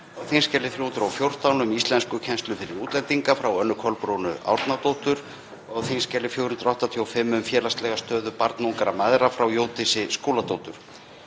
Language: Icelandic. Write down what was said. á þskj. 314, um íslenskukennslu fyrir útlendinga, frá Önnu Kolbrúnu Árnadóttur, og á þskj. 485, um félagslega stöðu barnungra mæðra, frá Jódísi Skúladóttur.